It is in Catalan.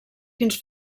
fins